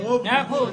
מאה אחוז.